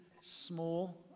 small